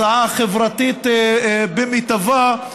הצעה חברתית במיטבה,